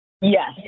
Yes